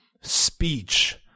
speech